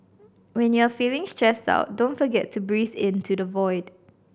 when you are feeling stressed out don't forget to breathe into the void